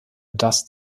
das